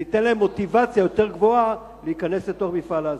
זה ייתן להם מוטיבציה יותר גבוהה להיכנס למפעל ההזנה.